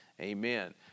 Amen